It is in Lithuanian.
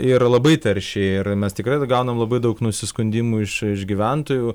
ir labai tarši ir mes tikrai gaunam labai daug nusiskundimų iš gyventojų